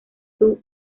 zhou